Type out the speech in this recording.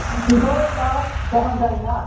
नोंथ' दा दखानदारिना